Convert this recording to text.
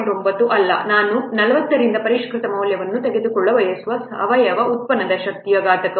9 ಅಲ್ಲ ನಾನು 40 ರಿಂದ ಪರಿಷ್ಕೃತ ಮೌಲ್ಯವನ್ನು ತೆಗೆದುಕೊಳ್ಳಬೇಕುಸಾವಯವ ಉತ್ಪನ್ನದ ಶಕ್ತಿಯ ಘಾತವು 0